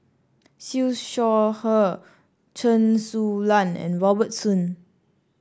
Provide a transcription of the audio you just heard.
Siew Shaw Her Chen Su Lan and Robert Soon